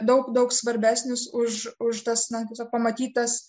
daug daug svarbesnis už už tas na tiesiog pamatytas